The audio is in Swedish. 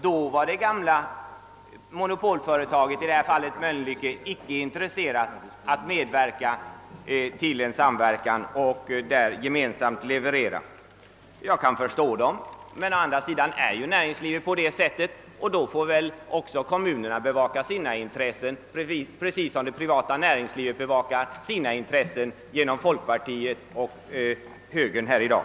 Då var det monopolföretaget, i detta fall i Mölnlycke, inte intresserat av att medverka i en samverkan och att leverera. Jag kan förstå företaget. Näringslivet fungerar ju på det sättet. Och då får också kommunerna bevaka sina intressen — precis som det privata näringslivet gör genom folkpartiet och högern här i dag.